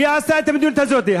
שהיא עשתה את המדיניות הזאת,